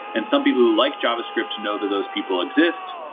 and some people who like javascript to know that those people exist,